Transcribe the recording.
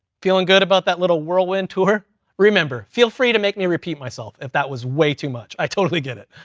feeling good about that little whirlwind tour? remember, feel free to make me repeat myself if that was way too much. i totally get it.